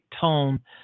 tone